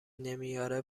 نمیاره